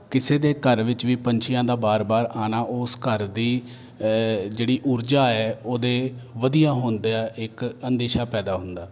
ਕਿਸੇ ਦੇ ਘਰ ਵਿੱਚ ਵੀ ਪੰਛੀਆਂ ਦਾ ਬਾਰ ਬਾਰ ਆਉਣਾ ਉਸ ਘਰ ਦੀ ਜਿਹੜੀ ਉਰਜਾ ਹੈ ਉਹਦੇ ਵਧੀਆ ਹੁੰਦੇ ਆ ਇੱਕ ਅੰਦੇਸ਼ਾ ਪੈਦਾ ਹੁੰਦਾ